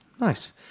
Nice